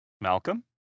malcolm